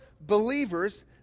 believers